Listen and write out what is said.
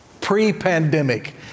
pre-pandemic